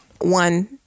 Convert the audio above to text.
One